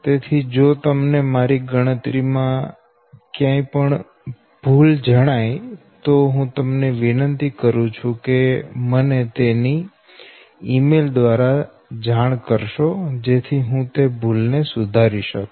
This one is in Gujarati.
તેથી જો તમને મારી ગણતરી માં કોઈ ભૂલ જણાય તો હું તમને વિનંતી કરું છું કે મને તેની ઈ મેલ દ્વારા જાણ કરો જેથી હું તે ભૂલ ને સુધારી શકું